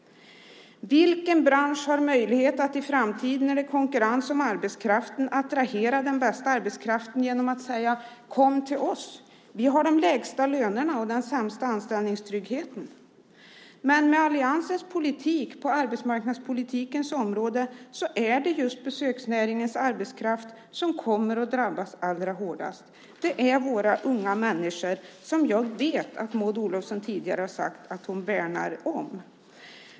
Vilken bransch har möjlighet att i framtiden, när det är konkurrens om arbetskraften, attrahera den bästa arbetskraften genom att säga: Kom till oss. Vi har de lägsta lönerna och den sämsta anställningstryggheten. Men med alliansens arbetsmarknadspolitik är det just besöksnäringens arbetskraft som kommer att drabbas allra hårdast. Det är våra unga människor, som jag vet att Maud Olofsson tidigare har sagt att hon värnar om.